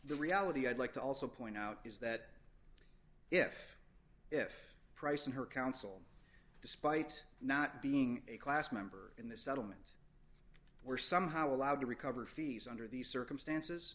the reality i'd like to also point out is that if if price and her council despite not being a class member in this settlement were somehow allowed to recover fees under these circumstances